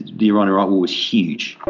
the iran-iraq war was huge.